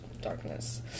darkness